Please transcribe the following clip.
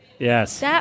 Yes